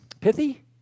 Pithy